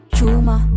Chuma